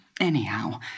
Anyhow